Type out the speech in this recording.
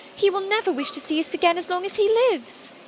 he will never wish to see us again as long as he lives!